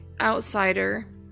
outsider